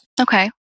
Okay